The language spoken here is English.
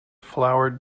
flowered